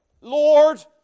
Lord